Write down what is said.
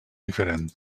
diferent